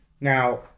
now